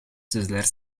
сүзләр